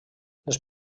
les